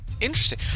interesting